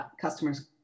customers